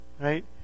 Right